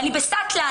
אני בסטלה.